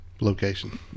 location